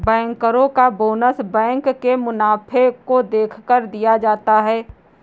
बैंकरो का bonus bank के मुनाफे को देखकर दिया जाता है